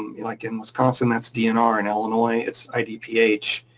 like in wisconsin, that's dnr. in illinois, it's idph,